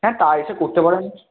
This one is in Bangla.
হ্যাঁ তা এসে করতে পারেন